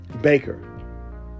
Baker